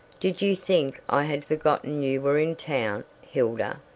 did you think i had forgotten you were in town, hilda?